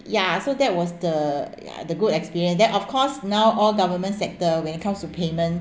ya so that was the yeah the good experience then of course now all government sector when it comes to payment